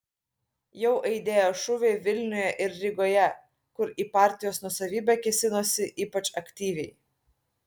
jau aidėjo šūviai vilniuje ir rygoje kur į partijos nuosavybę kėsinosi ypač aktyviai